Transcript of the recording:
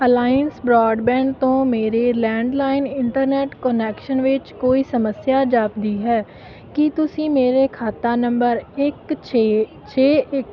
alliance Broadband ਤੋਂ ਮੇਰੇ landline internet connection ਵਿੱਚ ਕੋਈ ਸਮੱਸਿਆ ਜਾਪਦੀ ਹੈ ਕੀ ਤੁਸੀਂ ਮੇਰੇ ਖਾਤਾ ਨੰਬਰ ਇੱਕ ਛੇ ਛੇ ਇੱਕ